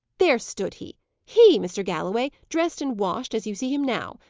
there stood he he, mr. galloway! dressed and washed, as you see him now!